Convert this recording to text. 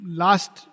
last